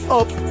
up